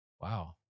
Wow